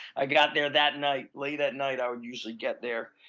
i got there that night. late at night i would usually get there.